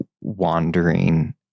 wandering